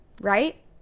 Right